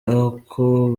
ako